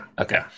okay